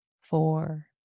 four